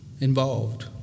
involved